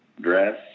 dress